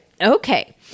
Okay